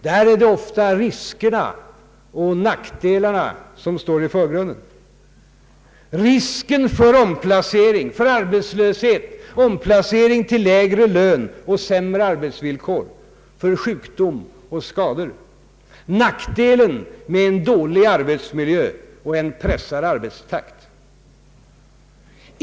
Där är det ofta riskerna och nackdelarna som står i förgrunden — risken för omplacering, för arbetslöshet, för lägre lön och sämra arbetsvillkor, för sjukdom och skador, nackdelen med en dålig arbetsmiljö och en pressad arbetstakt.